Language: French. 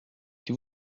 qui